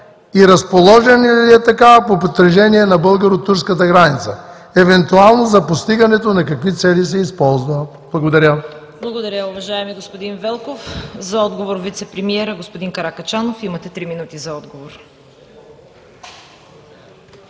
и разположена ли е такава по протежение на българо-турската граница? Евентуално за постигането на какви цели се използва? Благодаря. ПРЕДСЕДАТЕЛ ЦВЕТА КАРАЯНЧЕВА: Благодаря, уважаеми господин Велков. За отговор вицепремиерът господин Каракачанов. Имате три минути за отговор.